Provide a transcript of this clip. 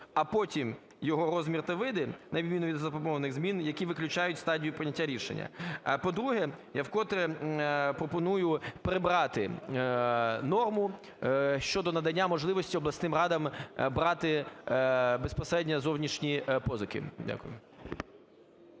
а потім його розмір та види, на відміну від запропонованих змін, які виключають стадію прийняття рішення. По-друге, я вкотре пропоную прибрати норму щодо надання можливості обласним радам брати безпосередньо зовнішні позики. Дякую.